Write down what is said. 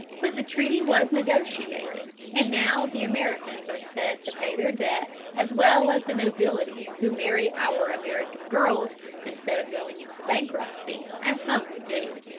but the treaty was negotiated, and now the americans are said to pay their debts as well as the nobility who marry our american girls instead of going into bankruptcy, as some would do.